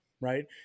right